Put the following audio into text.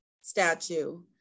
statue